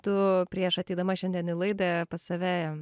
tu prieš ateidama šiandien į laidą pas save